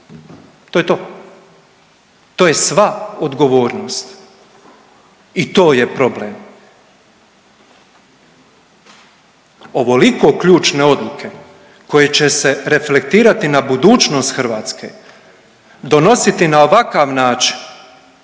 To je to, to je sva odgovornost i to je problem. Ovoliko ključne odluke koje će se reflektirati na budućnost Hrvatske donositi na ovakav način